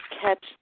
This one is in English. catch